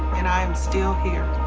and i am still here.